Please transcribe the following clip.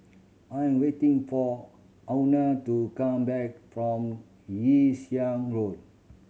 I am waiting for Euna to come back from Yew Siang Road